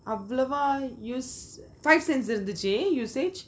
அவ்ளோவா:avlova use five cents இருந்துச்சி:irunthuchi usage